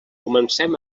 comencem